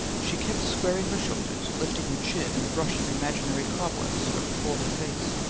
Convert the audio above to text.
she kept squaring her shoulders, lifting her chin, and brushing imaginary cobwebs from before her face.